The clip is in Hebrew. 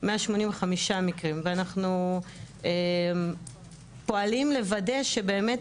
185 מקרים ואנחנו פועלים לוודא שבאמת